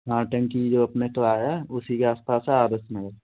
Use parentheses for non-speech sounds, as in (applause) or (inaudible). हाँ टंकी जो अपने (unintelligible) है उसी के आस पास है आदर्श नगर